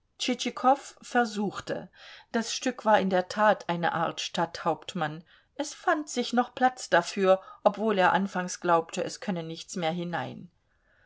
versuchte das stück war in der tat eine art stadthauptmann es fand sich noch platz dafür obwohl er anfangs glaubte es könne nichts mehr hinein